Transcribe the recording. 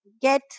get